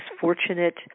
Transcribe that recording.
fortunate